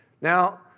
Now